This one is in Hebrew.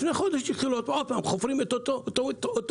לפני חודש התחילו שוב לחפור את אותו טוואי.